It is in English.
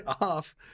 off